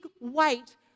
weight